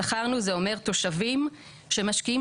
כלומר 'שכרנו' זה אומר תושבים שמשקיעים